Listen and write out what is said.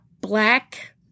black